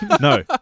No